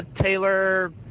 Taylor